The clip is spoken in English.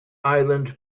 island